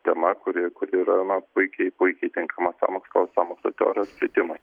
tema kuri yra na puikiai puikiai tinkama sąmokslo sąmokslo teorijos plitimui